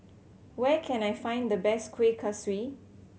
where can I find the best Kuih Kaswi